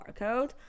barcode